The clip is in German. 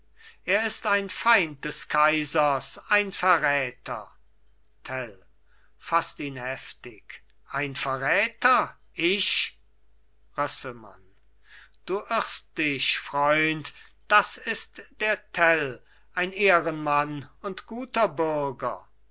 er ist ein feind des kaisers ein verräter tell fasst ihn heftig ein verräter ich rösselmann du irrst dich freund das ist der tell ein ehrenmann und guter bürger